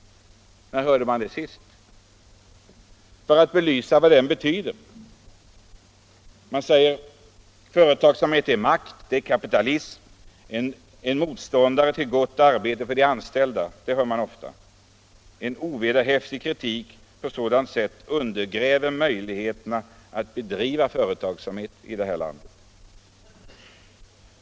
När hörde man det sist? Nej, i stället sägs det att företagsamhet är makt, kapitalism, en motståndare till gott arbete för de anställda. Sådant hör man ofta, och en sådan ovederhäftig kritik undergräver möjligheterna att bedriva företagsamhet i det här landet.